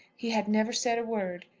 he had never said a word.